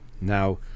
Now